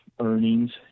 earnings